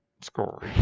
score